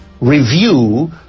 review